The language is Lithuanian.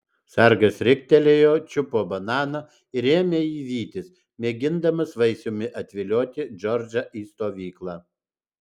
sargas riktelėjo čiupo bananą ir ėmė jį vytis mėgindamas vaisiumi atvilioti džordžą į stovyklą